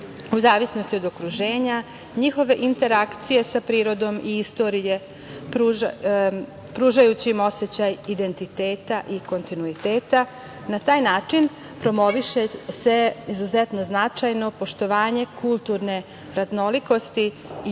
u zavisnosti od okruženja, njihove interakcije sa prirodom i istorije pružajući im osećaj identiteta i kontinuiteta. Na taj način promoviše se izuzetno značajno poštovanje kulturne raznolikosti,